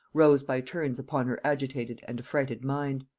rose by turns upon her agitated and affrighted mind.